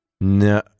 No